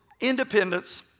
independence